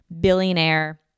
billionaire